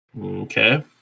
Okay